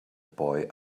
boy